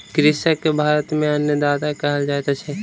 कृषक के भारत में अन्नदाता कहल जाइत अछि